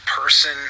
person